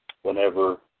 whenever